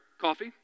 coffee